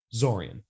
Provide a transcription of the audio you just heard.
Zorian